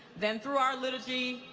than through our liturgy,